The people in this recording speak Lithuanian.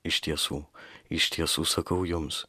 iš tiesų iš tiesų sakau jums